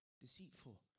Deceitful